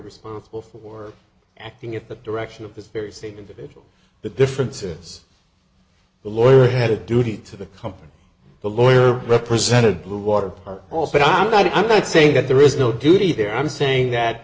responsible for acting at the direction of this very same individual the difference is the lawyer had a duty to the cop the lawyer represented bluewater are also not i'm not saying that there is no duty there i'm saying